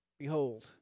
Behold